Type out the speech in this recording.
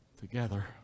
Together